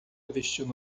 vestindo